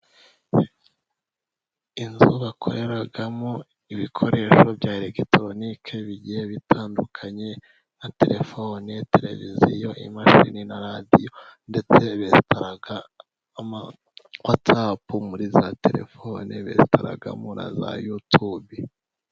Inzu bakoreramo ibikoresho bya eregitoronike bigiye bitandukanye, nka terefoni, tereviziyo, imashini, na radiyo, ndetse besitara ama watsapu muri za terefone, besitaramo na za yutubi.